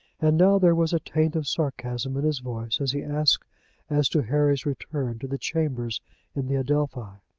and now there was a taint of sarcasm in his voice as he asked as to harry's return to the chambers in the adelphi.